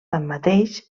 tanmateix